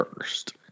first